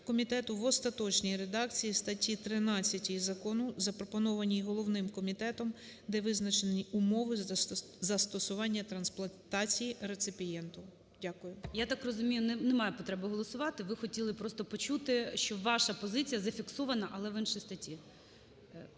комітету, в остаточній редакції статті 13 закону. Запропонованій головним комітетом, де визначені умови застосування трансплантації реципієнту. Дякую. ГОЛОВУЮЧИЙ. Я так розумію, немає потреби голосувати, ви просто хотіли почути, що ваша позиція зафіксована, але в іншій статті.